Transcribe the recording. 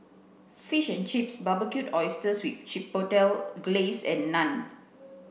fish and chips Barbecued Oysters with Chipotle Glaze and Naan